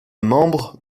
membre